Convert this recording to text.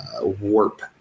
warp